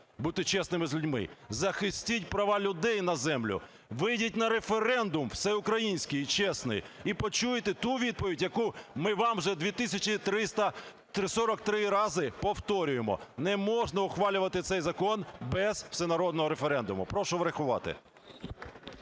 бути чесними з людьми. Захистіть права людей на землю. Вийдіть на референдум всеукраїнський чесний і почуйте ту відповідь, яку ми вам вже 2 тисячі 343 рази повторюємо – не можна ухвалювати цей закон без всенародного референдуму. Прошу врахувати.